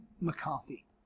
McCarthy